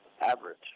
average